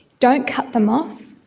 don't cut them off,